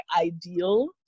ideal